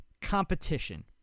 competition